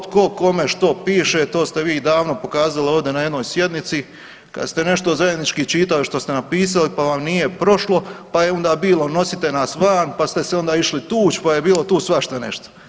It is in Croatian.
To tko kome što piše, to ste vi davno pokazali ovdje na jednoj sjednici kada ste nešto zajednički čitali što ste napisali pa vam nije prošlo, pa je onda bilo nosite nas van, pa ste se onda išli tući, pa je tu bilo svašta nešto.